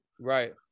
right